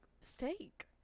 steak